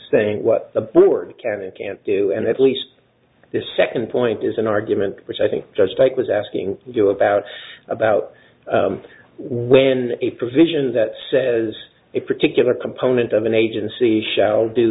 saying what the board can and can't do and at least the second point is an argument which i think just like was asking you about about when a provision that says a particular component of an agency shall do